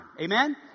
Amen